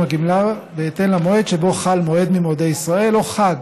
הגמלה בהתאם למועד שבו חל מועד ממועדי ישראל או חג